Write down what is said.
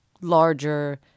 larger